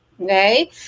Okay